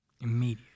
Immediate